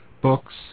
books